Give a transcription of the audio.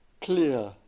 clear